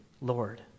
Lord